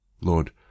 lord